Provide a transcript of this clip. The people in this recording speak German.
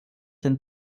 den